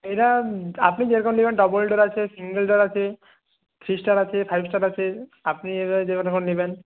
আপনি যেরকম নেবেন ডবল ডোর আছে সিঙ্গল ডোর আছে থ্রি স্টার আছে ফাইভ স্টার আছে আপনি এবার নেবেন